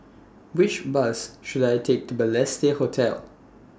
Which Bus should I Take to Balestier Hotel